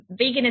veganism